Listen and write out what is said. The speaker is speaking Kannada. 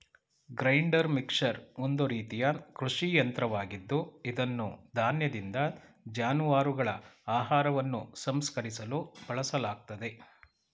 ಗ್ರೈಂಡರ್ ಮಿಕ್ಸರ್ ಒಂದು ರೀತಿಯ ಕೃಷಿ ಯಂತ್ರವಾಗಿದ್ದು ಇದನ್ನು ಧಾನ್ಯದಿಂದ ಜಾನುವಾರುಗಳ ಆಹಾರವನ್ನು ಸಂಸ್ಕರಿಸಲು ಬಳಸಲಾಗ್ತದೆ